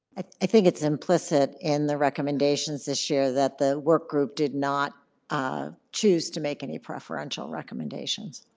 i think it's implicit in the recommendations this year that the work group did not choose to make any preferential recommendations.